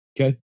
Okay